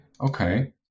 Okay